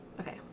Okay